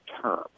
term